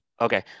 Okay